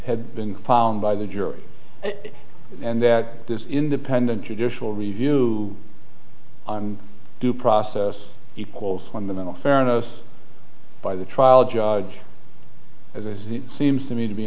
had been found by the jury and that this independent judicial review due process equals fundamental fairness by the trial judge as the seems to me to be